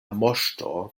moŝto